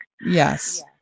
Yes